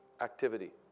activity